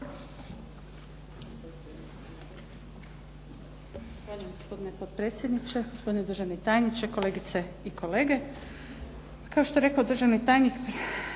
Uvaženi gospodine potpredsjedniče, gospodine državni tajniče, kolegice i kolege. Kao što je rekao državni tajnik